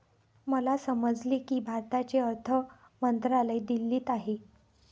मला समजले की भारताचे अर्थ मंत्रालय दिल्लीत आहे